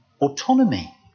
autonomy